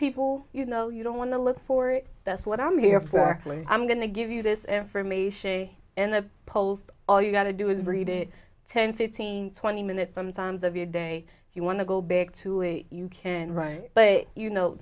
people you know you don't want to look for it that's what i'm here for i'm going to give you this information in the polls all you've got to do is read it ten fifteen twenty minutes sometimes of your day if you want to go back to it you can write but you know